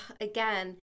again